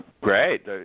Great